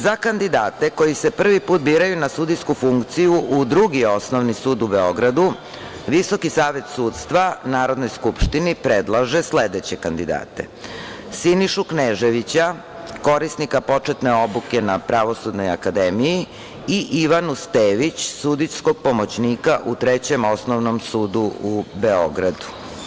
Za kandidate koji se prvi put biraju na sudijsku funkciju u Drugi osnovni sud u Beogradu, VSS Narodnoj skupštini predlaže sledeće kandidate: Sinišu Kneževića, korisnika početne obuke na Pravosudnoj akademiji i Ivanu Stević, sudijskog pomoćnika u Trećem osnovnom sudu u Beogradu.